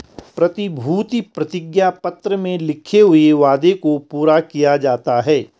प्रतिभूति प्रतिज्ञा पत्र में लिखे हुए वादे को पूरा किया जाता है